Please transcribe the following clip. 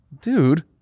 Dude